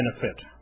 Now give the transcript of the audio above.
benefit